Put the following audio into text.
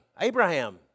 Abraham